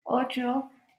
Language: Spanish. ocho